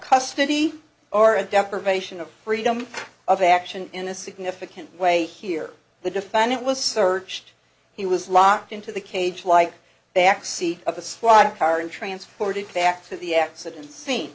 custody or at deprivation of freedom of action in a significant way here the defendant was searched he was locked into the cage like backseat of a squad car and transported back to the accident s